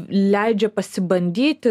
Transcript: leidžia pasibandyti